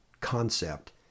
concept